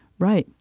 right,